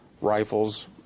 rifles